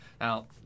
Now